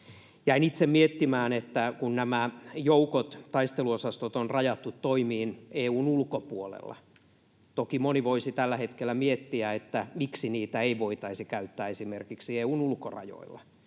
Jäin itse miettimään, että kun nämä joukot, taisteluosastot, on rajattu toimiin EU:n ulkopuolella, toki moni voisi tällä hetkellä miettiä, miksi niitä ei voitaisi käyttää esimerkiksi EU:n ulkorajoilla.